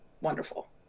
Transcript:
wonderful